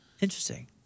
interesting